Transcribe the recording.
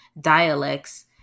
dialects